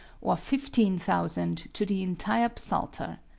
or fifteen thousand to the entire psalter.